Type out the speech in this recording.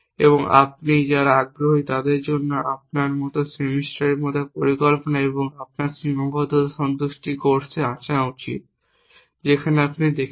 এবং আপনি যারা আগ্রহী তাদের জন্য আপনার সেমিস্টারের মতো পরিকল্পনা এবং সীমাবদ্ধতা সন্তুষ্টি কোর্সে আসা উচিত যেখানে আপনি দেখেছেন